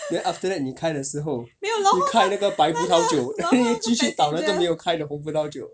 then after that 你开的时候去开那个白葡萄酒继续倒那个没有开的红葡萄酒